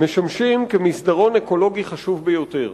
משמשים כמסדרון אקולוגי חשוב ביותר.